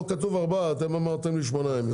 פה כתוב ארבעה, אתם אמרתם לי שמונה ימים.